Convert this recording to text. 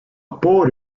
bought